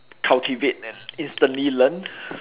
cultivate and instantly learn